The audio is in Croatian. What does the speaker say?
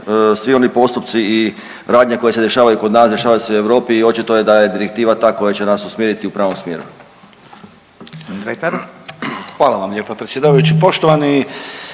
svi oni postupci i radnje koje se dešavaju kod nas dešava se i u Europi i očito je da je direktiva ta koja će nas usmjeriti u pravom smjeru. **Radin, Furio (Nezavisni)** Gospodin